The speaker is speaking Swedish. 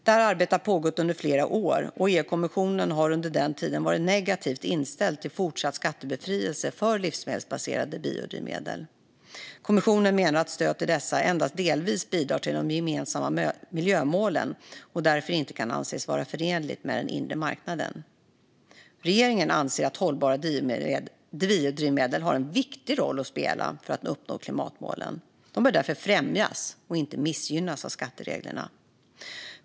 Detta arbete har pågått under flera år, och EU-kommissionen har under den tiden varit negativt inställd till fortsatt skattebefrielse för livsmedelsbaserade biodrivmedel. Kommissionen menar att stöd till dessa endast delvis bidrar till de gemensamma miljömålen och därför inte kan anses vara förenligt med den inre marknaden. Regeringen anser att hållbara biodrivmedel har en viktig roll att spela för att uppnå klimatmålen. De bör därför främjas och inte missgynnas av skattereglerna.